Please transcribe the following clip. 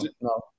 no